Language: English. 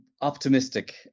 optimistic